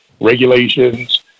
regulations